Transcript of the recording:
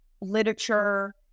literature